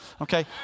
okay